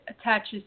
attaches